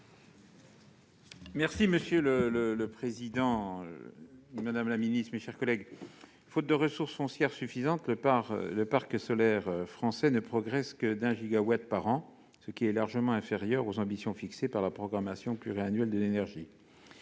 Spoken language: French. est ainsi libellé : La parole est à M. Jean-François Longeot. Faute de ressources foncières suffisantes, le parc solaire français ne progresse que d'un gigawatt par an, ce qui est largement inférieur aux ambitions fixées par la programmation pluriannuelle de l'énergie,